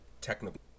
technical